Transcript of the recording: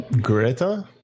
Greta